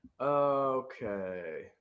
Okay